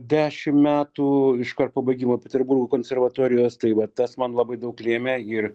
dešim metų iškart po baigimo peterburgo konservatorijos tai va tas man labai daug lėmė ir